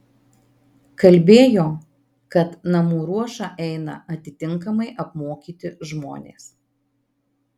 kalbėjo kad namų ruošą eina atitinkamai apmokyti žmonės